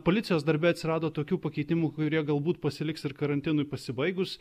policijos darbe atsirado tokių pakeitimų kurie galbūt pasiliks ir karantinui pasibaigus